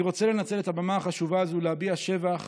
אני רוצה לנצל את הבמה החשובה הזאת להביע שבח